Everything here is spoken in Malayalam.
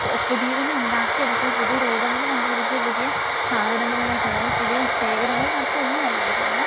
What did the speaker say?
ഓ പുതിയതിനെ ഉണ്ടാക്കി എടുക്കുക പുതിയ രൂപങ്ങൾ കണ്ടു പിടിക്കുക പുതിയ സാധനങ്ങളിലേക്കതായത് പുതിയ ശേഖരങ്ങൾ നടത്തുകയൊന്നും അല്ല ഇപ്പം എല്ലാ